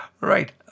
Right